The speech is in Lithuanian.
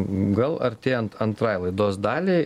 gal artėjant antrai laidos daliai